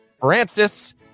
Francis